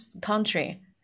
country